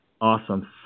awesome